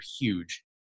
huge